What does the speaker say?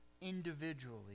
Individually